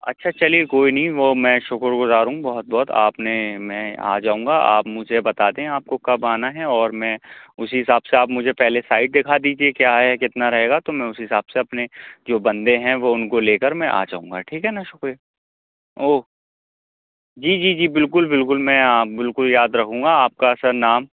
اچھا چلیے کوئی نہیں وہ میں شُکر گزار ہوں بہت بہت آپ نے میں آجاؤں گا آپ مجھے بتا دیں آپ کو کب آنا ہے اور میں اُسی حساب سے آپ مجھے پہلے سائٹ دکھا دیجیے کیا ہے کتنا رہے گا تو میں اُسی حساب سے اپنے جو بندے ہیں وہ اُن کو لے کر میں آجاؤں گا ٹھیک ہے نا شُکر او جی جی جی بالکل بالکل میں یا بالکل یاد رکھوں گا آپ کا سر نام